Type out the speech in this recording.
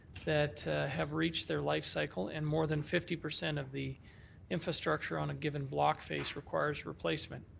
that have reached their life cycle and more than fifty percent of the infrastructure on a given block phase requires replacement.